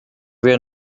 were